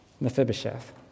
Mephibosheth